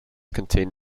contain